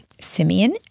Simeon